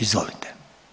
Izvolite.